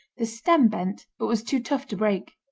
the stem bent, but was too tough to break.